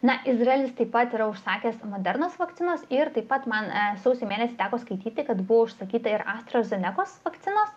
na izraelis taip pat yra užsakęs modernos vakcinos ir taip pat mane sausio mėnesį teko skaityti kad buvo užsakyta ir astro zenekos vakcina